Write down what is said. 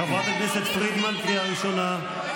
חברת הכנסת פרידמן, קריאה ראשונה.